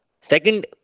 Second